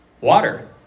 Water